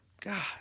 God